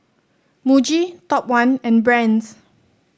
Muji Top One and Brand's